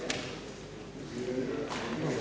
Hvala